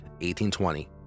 1820